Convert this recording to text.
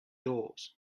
doors